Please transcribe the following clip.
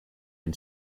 and